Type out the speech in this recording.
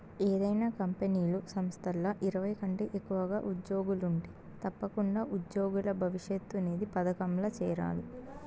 ఏదైనా కంపెనీలు, సంస్థల్ల ఇరవై కంటే ఎక్కువగా ఉజ్జోగులుంటే తప్పకుండా ఉజ్జోగుల భవిష్యతు నిధి పదకంల చేరాలి